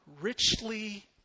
richly